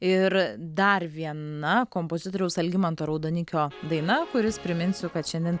ir dar viena kompozitoriaus algimanto raudonikio daina kuris priminsiu kad šiandien